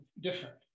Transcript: different